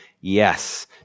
Yes